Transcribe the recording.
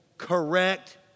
correct